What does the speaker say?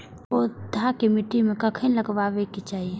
पौधा के मिट्टी में कखेन लगबाके चाहि?